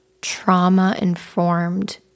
trauma-informed